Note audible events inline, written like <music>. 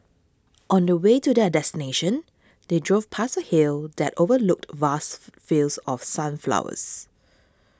on the way to their destination they drove past a hill that overlooked vast <unintelligible> fields of sunflowers